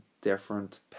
different